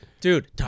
dude